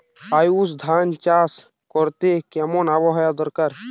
আউশ ধান চাষ করতে কেমন আবহাওয়া দরকার?